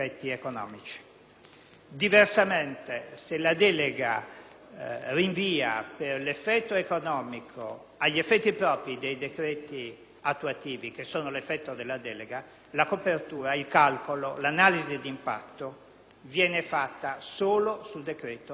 Diversamente, se la delega rinvia per l'effetto economico agli effetti propri dei decreti attuativi, che sono l'effetto della delega, il calcolo della copertura e l'analisi di impatto vengono svolti solo sui decreti, non sulla delega.